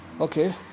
Okay